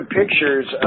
pictures